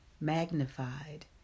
magnified